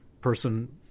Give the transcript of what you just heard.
person